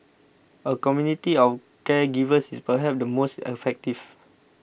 a community of caregivers is perhaps the most effective